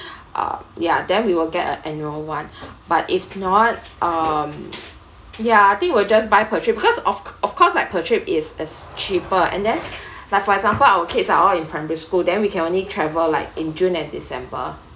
uh ya then we will get a annual one but it's not um yeah I think we're just by per trip because of of course like per trip is as cheaper and then like for example our kids are all in primary school then we can only travel like in june and december